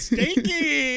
Stinky